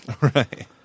Right